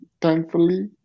thankfully